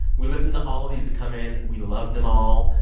we listen to all these that come in. we love them all.